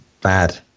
bad